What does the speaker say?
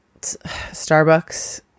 Starbucks